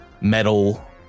metal